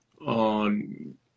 on